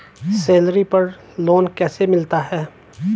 Salary पर loan कैसे मिलता है?